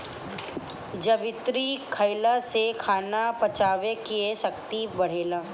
जावित्री खईला से खाना पचावे के शक्ति बढ़ेला